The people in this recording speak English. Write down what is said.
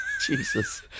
Jesus